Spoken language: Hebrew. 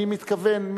אני מתכוון,